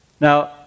Now